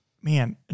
man